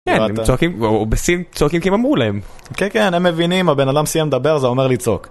כן, ברור. ‫הם צועקים, בסין צועקים ‫כי הם אמרו להם. ‫כן, כן, הם מבינים, ‫הבן אדם סיים לדבר, זה אומר לצעוק.